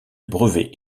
brevet